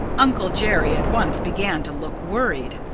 uncle jerry at once began to look worried.